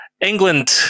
England